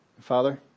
Father